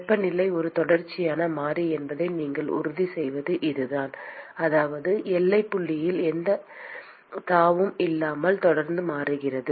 வெப்பநிலை ஒரு தொடர்ச்சியான மாறி என்பதை நீங்கள் உறுதிசெய்வது இதுதான் அதாவது எல்லைப் புள்ளியில் எந்தத் தாவும் இல்லாமல் தொடர்ந்து மாறுகிறது